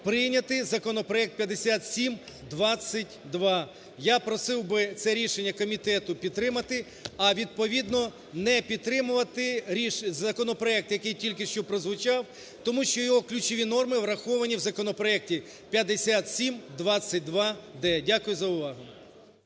прийняти законопроект 5722. Я просив би це рішення комітету підтримати, а відповідно не підтримувати законопроект, який тільки що прозвучав, тому що його ключові норми враховані в законопроекті 5722-д. Дякую за увагу.